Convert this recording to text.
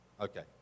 Okay